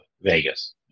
Vegas